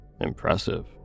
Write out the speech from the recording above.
Impressive